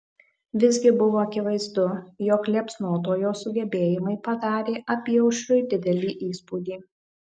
visgi buvo akivaizdu jog liepsnotojo sugebėjimai padarė apyaušriui didelį įspūdį